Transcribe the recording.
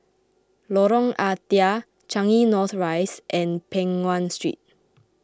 Lorong Ah Thia Changi North Rise and Peng Nguan Street